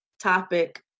topic